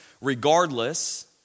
Regardless